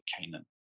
Canaan